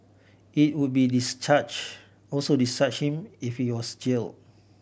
it would be discharge also discharge him if he was jail